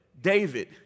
David